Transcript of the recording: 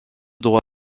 droit